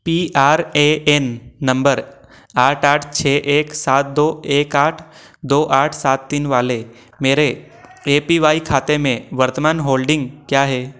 P R A N number आठ आठ छः एक सात दो एक आठ दो आठ सात तीन वाले मेरे ए पी वाई खाते में वर्तमान होल्डिंग क्या है